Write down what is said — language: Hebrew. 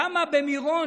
למה במירון,